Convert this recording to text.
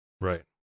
Right